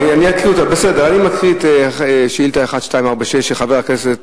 בסדר, אני מקריא: שאילתא 1246, של חברת הכנסת